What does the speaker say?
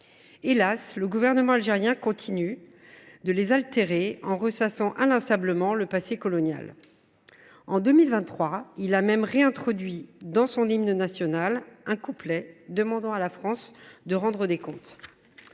Hélas, le gouvernement algérien continue de les altérer en ressassant inlassablement le passé colonial. En 2023, il a même réintroduit dans son hymne national un couplet demandant à la France de rendre des comptes.